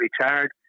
retired